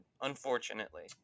unfortunately